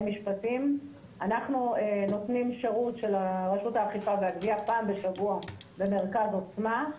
אנחנו נותנים שירות של רשות האכיפה והגבייה פעם בשבוע במרכז עוצמה,